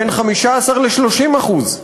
בין 15% ל-30%.